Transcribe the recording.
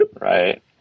right